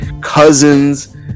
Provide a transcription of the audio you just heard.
cousins